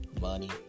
money